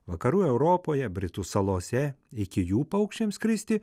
vakarų europoje britų salose iki jų paukščiams skristi